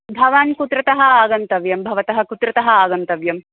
भवान् कुत्रतः आगन्तव्यं भवतः कुत्रतः आगन्तव्यं